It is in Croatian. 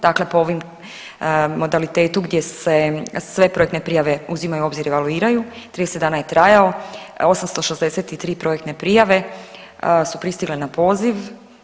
Dakle, po ovim modalitetu gdje se sve projektne prijave uzimaju u obzir i evaluiraju, 30 dana je trajao, 863 projektne prijave su pristigle na poziv.